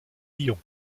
lions